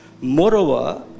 Moreover